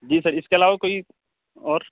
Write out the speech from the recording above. جی sir اس کے علاوہ کوئی اور